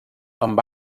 amb